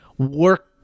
work